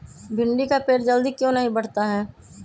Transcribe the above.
भिंडी का पेड़ जल्दी क्यों नहीं बढ़ता हैं?